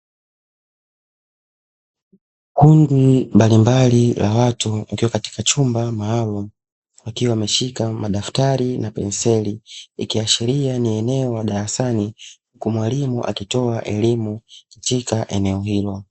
Kundi mbalimbali la watu wakiwa katika chumba maalumu, wakiwa wameshika madaftari na penseli, ikiashiria ni eneo la darasani kwa mwalimu akitoa elimu katika eneo hilo.